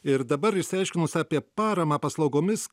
ir dabar išsiaiškinus apie paramą paslaugomis